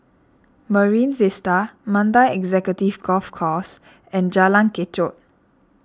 Marine Vista Mandai Executive Golf Course and Jalan Kechot